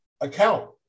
account